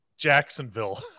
Jacksonville